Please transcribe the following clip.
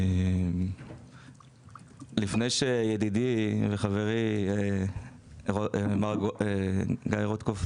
לפני שידידי וחברי גיא רוטקופף,